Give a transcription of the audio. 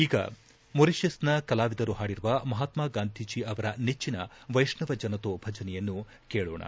ಈಗ ಮೊರಿಶಸ್ನ ಕಲಾವಿದರು ಹಾಡಿರುವ ಮಹಾತ್ಮ ಗಾಂಧೀಜಿ ಅವರ ನೆಚ್ಚಿನ ವೈಷ್ಣವೋ ಜನತೋ ಭಜನೆಯನ್ನು ಈಗ ಕೇಳೋಣ